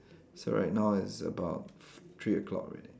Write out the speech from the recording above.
so right now it's about three o-clock already